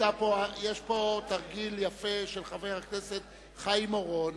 יש פה תרגיל יפה של חבר הכנסת חיים אורון.